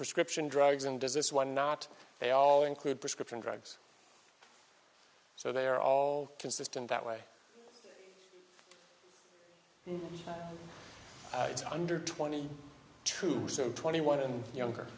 prescription drugs and does this one not they all include prescription drugs so they are all consistent that way it's under twenty two so twenty one and younger